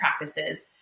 practices